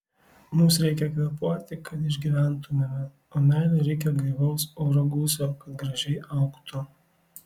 mums reikia kvėpuoti kad išgyventumėme o meilei reikia gaivaus oro gūsio kad gražiai augtų